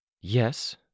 Yes